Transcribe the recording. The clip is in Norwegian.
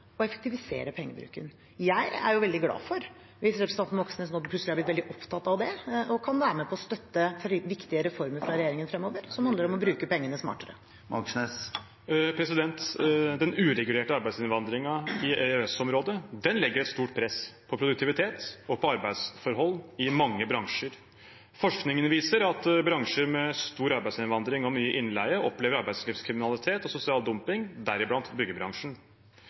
å effektivisere pengebruken. Jeg er veldig glad hvis representanten Moxnes nå plutselig er blitt veldig opptatt av dette og kan være med på å støtte viktige reformer fremover for denne regjeringen, som handler om å bruke pengene smartere. Da er tiden ute. Den uregulerte arbeidsinnvandringen i EØS-området legger et stort press på produktivitet og på arbeidsforhold i mange bransjer. Forskningen viser at bransjer med stor arbeidsinnvandring og mye innleie opplever arbeidslivskriminalitet og sosial dumping, deriblant byggebransjen.